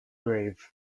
grave